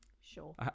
Sure